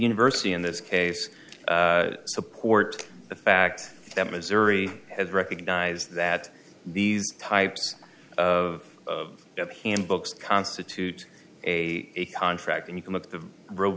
university in this case support the fact that missouri has recognized that these types of death handbooks constitute a contract and you can look at the ro